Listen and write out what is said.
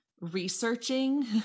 researching